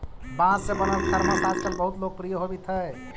बाँस से बनल थरमस आजकल बहुत लोकप्रिय होवित हई